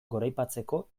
goraipatzeko